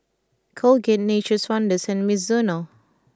Colgate Nature's Wonders and Mizuno